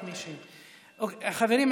חברים,